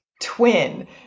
twin